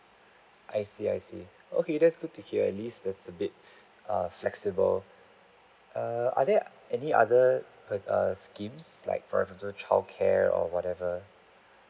I see I see okay that's good to hear at least that's a bit err flexible err are there any other err err schemes like parental childcare or whatever